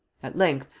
at length,